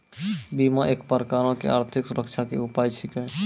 बीमा एक प्रकारो के आर्थिक सुरक्षा के उपाय छिकै